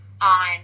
on